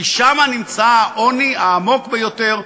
כי שם נמצא העוני העמוק ביותר,